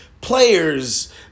players